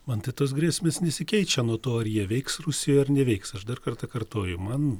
man tai tos grėsmės nesikeičia nuo to ar jie veiks rusijoj ar neveiks aš dar kartą kartoju man